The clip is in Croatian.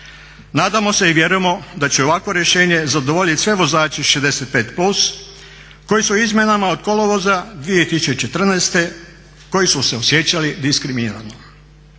Nadamo se i vjerujemo da će ovakvo rješenje zadovoljiti sve vozače 65+ koji su izmjenama od kolovoza 2014.koji su se osjećali diskriminirano.